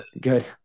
Good